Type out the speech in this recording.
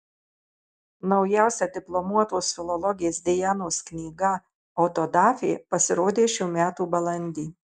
naujausia diplomuotos filologės dianos knyga autodafė pasirodė šių metų balandį